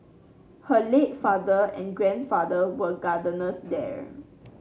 her late father and grandfather were gardeners there